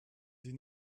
sie